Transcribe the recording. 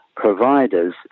providers